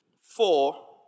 Four